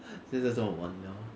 现在这么晚 liao